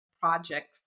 project